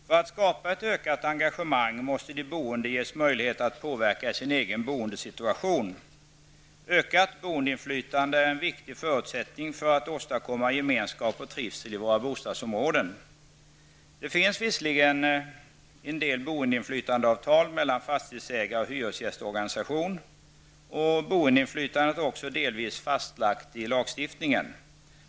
För att skapa ett ökat engagemang måste de boende ges möjlighet att påverka sin egen boendesituation. Ökad boendeinflytande är en viktig förutsättning för att åstadkomma gemenskap och trivsel i våra bostadsområden. Det finns visserligen en del boendeinflytandeavtal mellan fastighetsägare och hyresgästorganisation, och boendeinflytandet är också delvis fastlagt i lagstiftning.